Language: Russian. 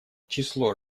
число